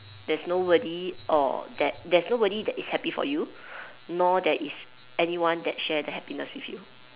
there's nobody or that there's nobody that is happy for you nor there is anyone that share the happiness with you